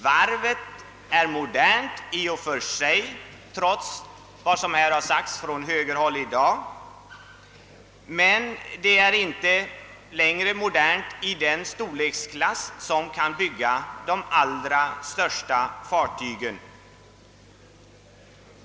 Varvet är modernt i och för sig trots vad som här har sagts från högerhåll, men det är inte längre modernt när det gäller att bygga de allra största fartygen.